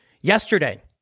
yesterday